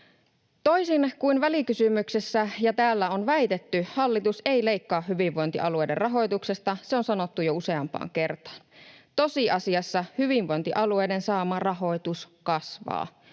Toisin kuin välikysymyksessä ja täällä on väitetty, hallitus ei leikkaa hyvinvointialueiden rahoituksesta. Se on sanottu jo useampaan kertaan. Tosiasiassa hyvinvointialueiden saama rahoitus kasvaa,